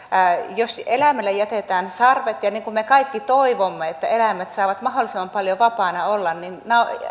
jos eläimelle jätetään sarvet ja me kaikki toivomme että eläimet saavat mahdollisimman paljon vapaana olla niin